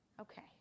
Okay